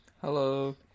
Hello